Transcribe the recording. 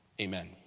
Amen